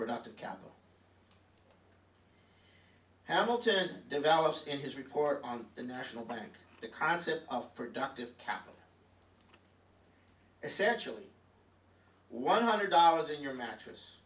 productive capital hamilton develops in his report on the national bank the concept of productive capital essentially one hundred dollars in your mattress